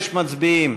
86, מצביעים.